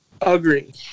agree